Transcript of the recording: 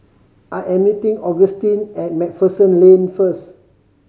I am meeting Augustine at Macpherson Lane first